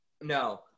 No